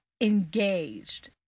engaged